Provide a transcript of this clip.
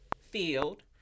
field